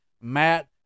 Matt